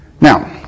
Now